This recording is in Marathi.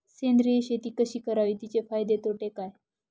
सेंद्रिय शेती कशी करावी? तिचे फायदे तोटे काय?